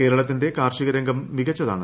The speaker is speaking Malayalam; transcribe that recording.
കേരളത്തിന്റെ കാർഷിക രംഗം മികച്ചതാണ്